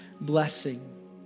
blessing